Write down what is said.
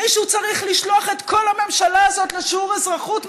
מישהו צריך לשלוח את כל הממשלה הזאת לשיעור אזרחות מההתחלה.